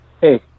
Hey